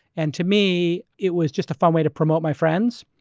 and to me, it was just a fun way to promote my friends.